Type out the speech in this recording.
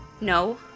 No